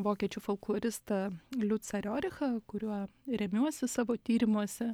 vokiečių folkloristą liucą riorichą kuriuo remiuosi savo tyrimuose